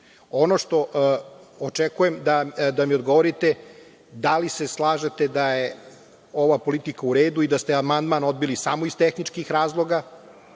tržištu. Očekujem da mi odgovorite da li se slažete da je ova politika uredu i da se amandman odbili samo ih tehničkih razloga,